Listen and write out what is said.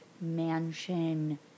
mansion